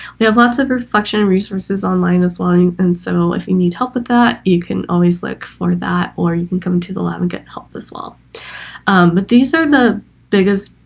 we have lots of reflection resources online as well and so if you need help with that you can always look for that or you can come to the lab and get help as well but these are the biggest